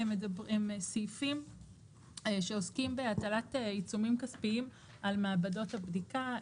הם סעיפים שעוסקים בהטלת עיצומים כספיים על מעבדות הבדיקה.